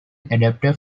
adapted